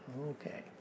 Okay